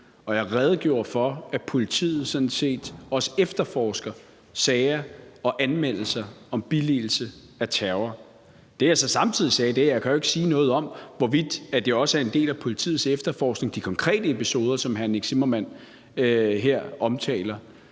jeg redegjorde for, at politiet sådan set også efterforsker sager og anmeldelser om billigelse af terror. Det, jeg så samtidig sagde, er, at jeg jo ikke kan sige noget om, hvorvidt de konkrete episoder, som hr. Nick Zimmermann her omtaler,